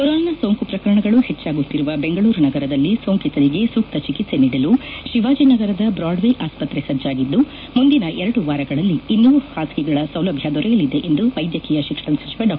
corona ಸೋಂಕು ಪ್ರಕರಣಗಳು ಹೆಚ್ಚಾಗುತ್ತಿರುವ ಬೆಂಗಳೂರು ನಗರದಲ್ಲಿ ಸೋಂಕಿತರಿಗೆ ಸೂಕ್ತ ಚಿಕಿತ್ಸೆ ನೀಡಲು ಶಿವಾಜಿನಗರದ ಬ್ರಾಡ್ವೇ ಆಸ್ವತ್ರೆ ಸಜ್ಜಾಗಿದ್ದು ಮುಂದಿನ ಎರಡು ವಾರಗಳಲ್ಲಿ ಇನ್ನೂರು ಹಾಸಿಗೆಗಳ ಸೌಲಭ್ಯ ದೊರೆಯಲಿದೆ ಎಂದು ಕರ್ನಾಟಕದ ವೈದ್ಯಕೀಯ ಶಿಕ್ಷಣ ಸಚಿವ ಡಾ